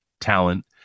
talent